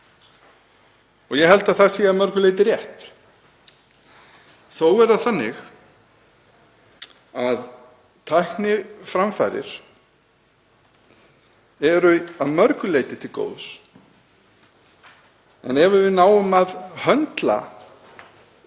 Ég held að það sé að mörgu leyti rétt. Þó er það þannig að tækniframfarir eru að mörgu leyti til góðs en ef við náum að höndla